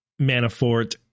Manafort